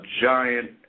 giant